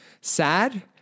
sad